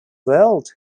world